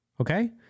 okay